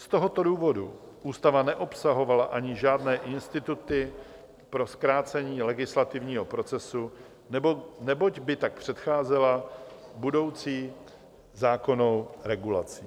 Z tohoto důvodu ústava neobsahovala ani žádné instituty pro zkrácení legislativního procesu, neboť by tak předcházela budoucí zákonnou regulaci.